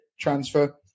transfer